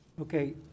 Okay